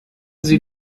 sie